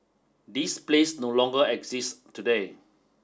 this place no longer exist today